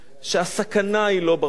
שהסכנה היא לא ברחובות,